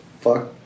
fuck